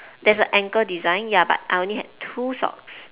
there's a ankle design ya but I only had two socks